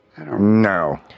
No